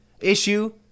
issue